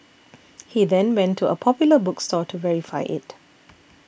he then went to a Popular bookstore to verify it